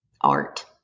Art